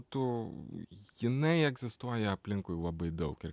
tu jinai egzistuoja aplinkui labai daug ir